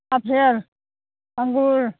आफेल आंगुर